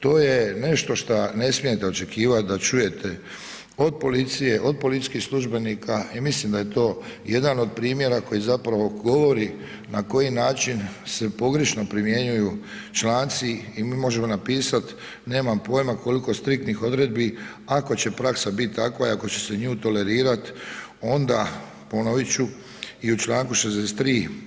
To je nešto šta ne smijete očekivat da čujete od policije, od policijskih službenika i mislim da je to jedan od primjera koji zapravo govori na koji način se pogrešno primjenjuju članci i mi možemo napisati nemam poima koliko striktnih odredbi ako će praksa biti takva i ako će se nju tolerirat, onda ponovit ću i u Članku 63.